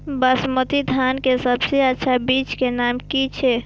बासमती धान के सबसे अच्छा बीज के नाम की छे?